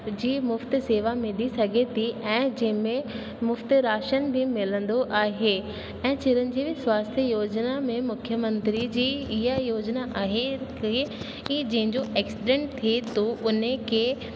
जी मुफ़्त शेवा मिली सघे थी ऐं जंहिंमें मुफ्त राशन बि मिलंदो आहे ऐं चिरंजीवी स्वास्थ योजना में मुख्य मंत्री जी इहा योजना आहे की की जंहिंजो एक्सीडेंट थिए थो उन खे